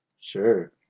sure